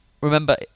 remember